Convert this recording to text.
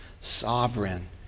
sovereign